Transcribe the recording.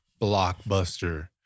blockbuster